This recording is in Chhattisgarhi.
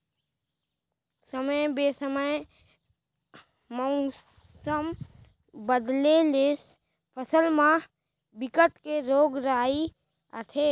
समे बेसमय मउसम बदले ले फसल म बिकट के रोग राई आथे